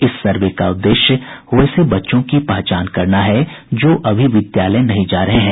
इस सर्वे का उद्देश्य वैसे बच्चों की पहचान करना है जो अभी विद्यालय नहीं जा रहे हैं